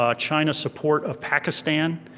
um china's support of pakistan,